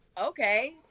Okay